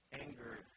Anger